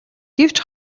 гэвч